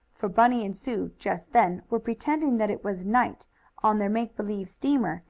for bunny and sue, just then, were pretending that it was night on their make-believe steamer,